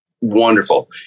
wonderful